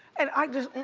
and i just.